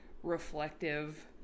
reflective